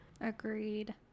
Agreed